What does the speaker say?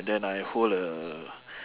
then I hold a